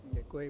Děkuji.